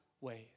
ways